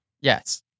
yes